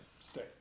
Stay